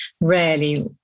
rarely